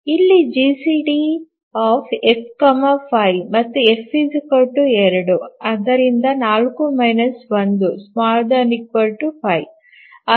ಇಲ್ಲಿ GCD F 5 ಮತ್ತು F 2 ಆದ್ದರಿಂದ 4 1 ≤ 5